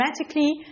automatically